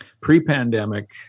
Pre-pandemic